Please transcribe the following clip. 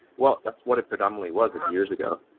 well, that's what it predominantly was a few years ago.